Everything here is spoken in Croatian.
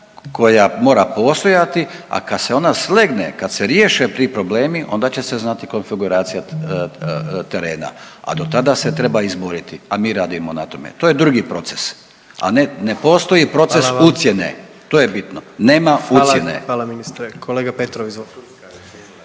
koja mora postojati, a kad se ona slegne, kad se riješe ti problemi onda će se znati konfiguracija terena, a dotada se treba izboriti, a mi radimo na tome, to je drugi proces, a ne, ne postoji proces ucjene…/Upadica: Hvala vam/… to je bitno,